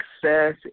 Success